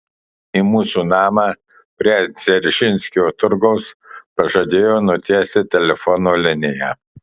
į mūsų namą prie dzeržinskio turgaus pažadėjo nutiesti telefono liniją